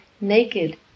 naked